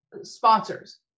sponsors